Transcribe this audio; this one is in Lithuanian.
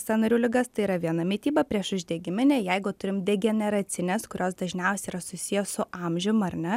sąnarių ligas tai yra viena mityba prieš uždegiminė jeigu turim degeneracines kurios dažniausiai yra susiję su amžium ar ne